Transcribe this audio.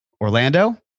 Orlando